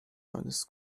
alles